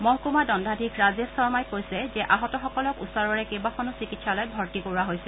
মহকুমা দণ্ডাধীশ ৰাজেশ শৰ্মাই কৈছে যে আহতসকলক ওচৰৰে কেইবাখনো চিকিৎসালয়ত ভৰ্তি কৰোৱা হৈছে